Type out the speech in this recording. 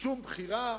שום בחירה,